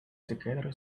together